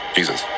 Jesus